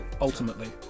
Ultimately